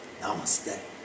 Namaste